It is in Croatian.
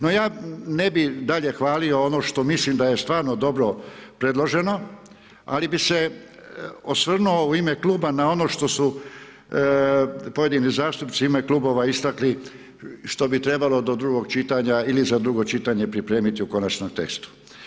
No ja ne bih dalje hvalio ono što mislim da je stvarno dobro predloženo ali bi se osvrnuo u ime kluba na ono što su pojedini zastupnici u ime klubova istakli, što bi trebalo do drugog čitanja ili za drugo čitanje pripremiti u konačnom tekstu.